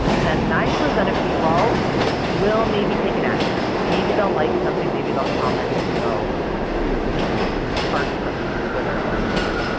the nine percent of people will maybe take an action, maybe they'll like something, maybe they'll comment, maybe they'll heart you know heart something on twitter or instagram.